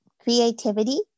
creativity